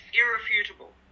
irrefutable